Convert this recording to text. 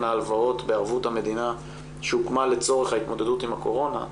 ההלוואות בערבות המדינה שהוקמה לצורך ההתמודדות עם הקורונה,